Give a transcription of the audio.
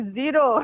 zero